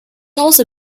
also